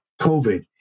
COVID